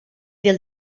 del